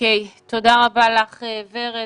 תודה רבה לך ורד,